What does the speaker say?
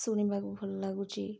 ଶୁଣିବାକୁ ଭଲ ଲାଗୁଛି